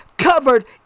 Covered